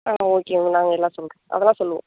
ஆ okay உங்களுக்கு நாங்கள் எல்லாம் சொல்கிறோம் அதெல்லாம் சொல்வோம்